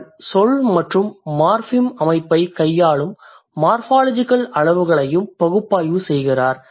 அவர் சொல் மற்றும் மார்ஃபிம் அமைப்பைக் கையாளும் மார்ஃபாலஜிகல் அளவுகளையும் பகுப்பாய்வு செய்கிறார்